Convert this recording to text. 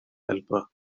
helper